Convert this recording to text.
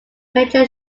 major